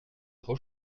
trop